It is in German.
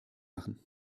machen